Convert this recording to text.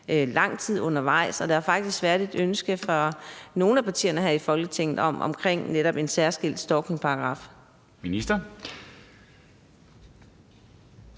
lang tid undervejs, og der har faktisk været et ønske fra nogle af partierne her i Folketinget om netop en særskilt stalkingparagraf.